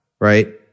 right